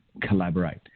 collaborate